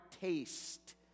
taste